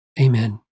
Amen